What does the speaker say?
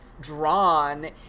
drawn